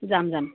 যাম যাম